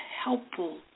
helpful